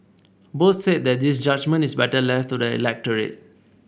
both said that this judgement is better left to the electorate